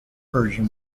persian